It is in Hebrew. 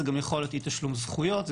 זה גם יכול להיות אי-תשלום זכויות.